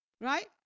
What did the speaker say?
right